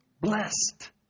Blessed